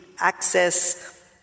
access